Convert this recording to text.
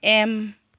M